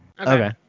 Okay